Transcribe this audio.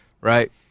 right